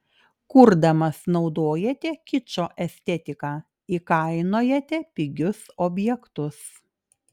kurdamas naudojate kičo estetiką įkainojate pigius objektus